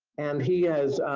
and he